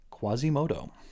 Quasimodo